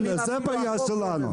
כן, זאת הבעיה שלנו.